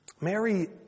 Mary